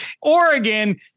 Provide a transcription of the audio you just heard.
Oregon